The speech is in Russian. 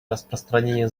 распространение